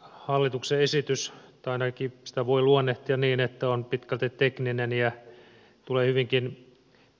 hallituksen esitys on tai ainakin sitä voi luonnehtia niin pitkälti tekninen ja tulee hyvinkin